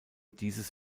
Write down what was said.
dieses